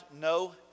no